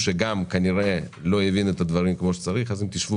שאולי לא הבין את הדברים כמו שצריך אז אם תשבו